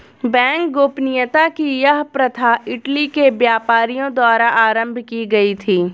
bank गोपनीयता की यह प्रथा इटली के व्यापारियों द्वारा आरम्भ की गयी थी